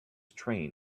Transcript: train